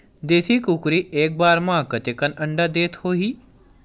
देशी कुकरी एक बार म कतेकन अंडा देत होही?